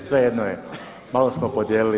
Svejedno je, malo smo podijelili.